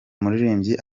umuririmbyi